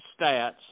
stats